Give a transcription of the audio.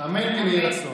אמן, כן יהי רצון.